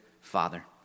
Father